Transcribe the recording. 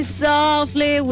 softly